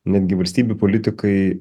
netgi valstybių politikai